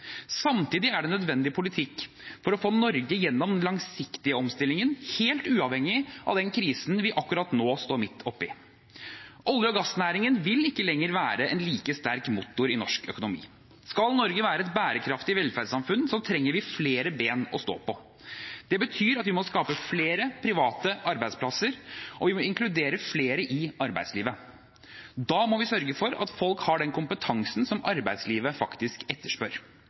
Samtidig er det nødvendig politikk for å få Norge gjennom den langsiktige omstillingen, helt uavhengig av krisen vi akkurat nå står midt oppe i. Olje- og gassnæringen vil ikke lenger være en like sterk motor i norsk økonomi. Skal Norge være et bærekraftig velferdssamfunn, trenger vi flere ben å stå på. Det betyr at vi må skape flere private arbeidsplasser, og vi må inkludere flere i arbeidslivet. Da må vi sørge for at folk har den kompetansen som arbeidslivet faktisk etterspør.